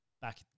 back